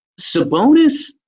Sabonis